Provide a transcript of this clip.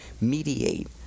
mediate